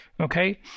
Okay